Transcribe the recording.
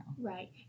right